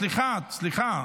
סליחה, סליחה.